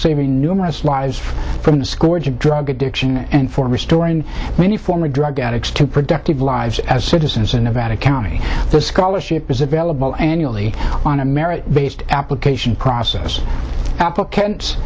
saving numerous lies from the scorch of drug addiction and for restoring many former drug addicts to productive lives as citizens in nevada county the scholarship is available annually on a merit based application process appl